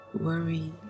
worry